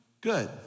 good